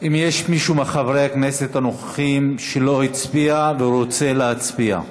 האם יש מישהו מחברי הכנסת הנוכחים שלא הצביע ורוצה להצביע?